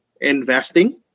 investing